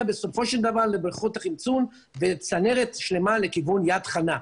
בסופו של דבר לבריכות החמצון וצנרת שלמה לכיוון יד חנה.